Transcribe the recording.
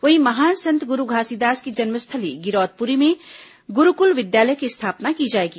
वहीं महान संत गुरू घासीदास की जन्मस्थली गिरौदपुरी में गुरूकुल विद्यालय की स्थापना की जायेगी